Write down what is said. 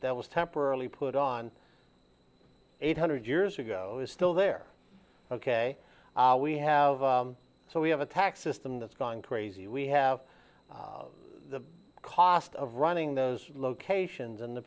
that was temporarily put on eight hundred years ago is still there ok we have so we have a tax system that's gone crazy we have the cost of running those locations and the